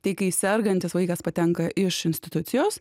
tai kai sergantis vaikas patenka iš institucijos